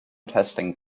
testing